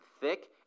thick